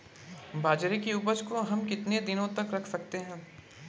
बाजरे की उपज को हम कितने दिनों तक रख सकते हैं?